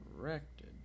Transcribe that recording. directed